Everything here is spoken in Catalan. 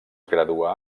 graduà